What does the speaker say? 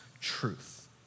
truth